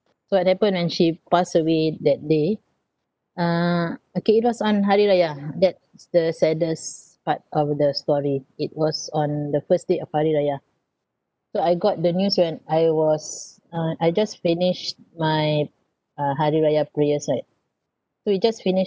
so what happened when she passed away that day uh okay it was on hari raya that's the saddest part of the story it was on the first day of hari raya so I got the news when I was uh I just finished my uh hari raya prayers right so we just finished